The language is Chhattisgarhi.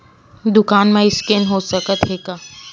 दुकान मा स्कैन हो सकत हे का?